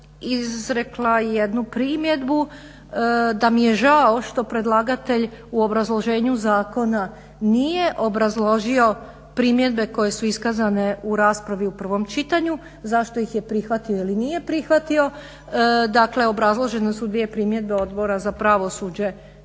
izrekla i jednu primjedbu. Da mi je žao što predlagatelj u obrazloženju zakona nije obrazložio primjedbe koje su iskazane u raspravi u prvom čitanju. Zašto ih je prihvatio ili nije prihvatio? Dakle obrazložene su dvije primjedbe Odbora za pravosuđe